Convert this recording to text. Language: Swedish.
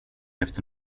efter